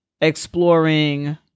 exploring